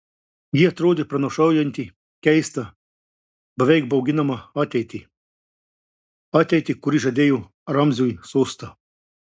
ji atrodė pranašaujanti keistą beveik bauginamą ateitį ateitį kuri žadėjo ramziui sostą